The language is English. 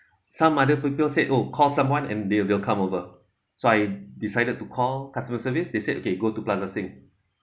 some other people said oh call someone and they will come over so I decided to call customer service they said okay go to plaza sing